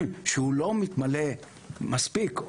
שהוא לא מתמלא מספיק,